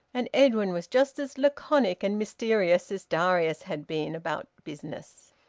and edwin was just as laconic and mysterious as darius had been about business.